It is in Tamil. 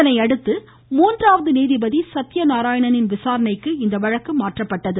இதனையடுத்து மூன்றாவது நீதிபதி சத்தியநாராயணனின் விசாரணைக்கு இந்த வழக்கு மாற்றப்பட்டது